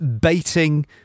baiting